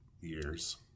years